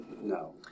no